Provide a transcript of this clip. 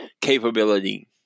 capability